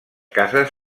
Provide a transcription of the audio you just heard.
cases